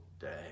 day